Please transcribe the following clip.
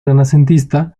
renacentista